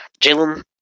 Jalen